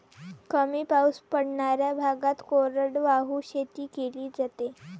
कमी पाऊस पडणाऱ्या भागात कोरडवाहू शेती केली जाते